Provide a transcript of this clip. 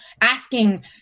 asking